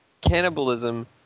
cannibalism